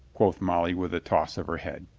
quoth molly with a toss of her head.